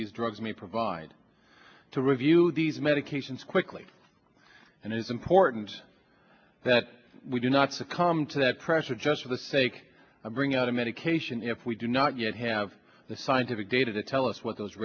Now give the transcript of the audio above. these drugs may provide to review these medications quickly and it is important that we do not succumb to that pressure just for the sake of bringing out a medication if we do not yet have the scientific data to tell us what those